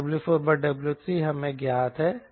तो W4W3 हमें ज्ञात है